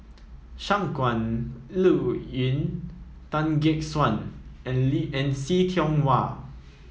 Shangguan Liuyun Tan Gek Suan and Lee and See Tiong Wah